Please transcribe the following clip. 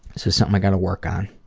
so so i got to work on,